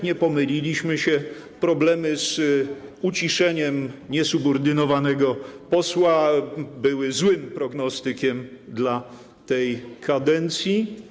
Nie pomyliliśmy się, problemy z uciszeniem niesubordynowanego posła były złym prognostykiem dla tej kadencji.